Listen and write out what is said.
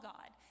God